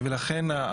ולכן,